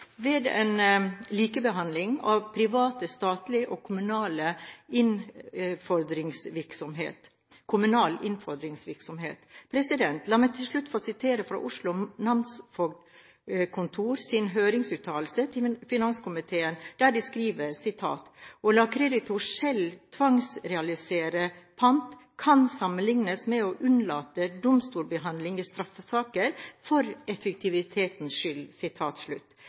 ved en likebehandling av privat, statlig og kommunal innfordringsvirksomhet. La meg til slutt få sitere fra Oslo namsfogdkontors høringsuttalelse til finanskomiteen, der de skriver: «Å la kreditor selv tvangsrealisere pant, kan sammenlignes med å unnlate domstolsbehandling i straffesaker for effektivitetens skyld.»